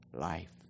life